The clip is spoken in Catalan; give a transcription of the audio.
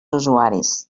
usuaris